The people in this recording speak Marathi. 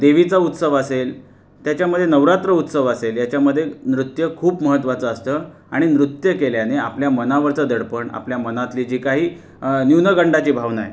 देवीचा उत्सव असेल त्याच्यामध्ये नवरात्र उत्सव असेल याच्यामध्ये नृत्य खूप महत्त्वाचं असतं आणि नृत्य केल्याने आपल्या मनावरचं दडपण आपल्या मनातली जी काही न्यूनगंडाची भावना आहे